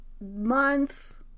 month